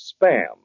Spam